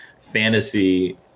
fantasy